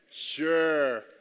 Sure